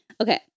Okay